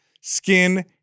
skin